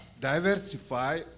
diversify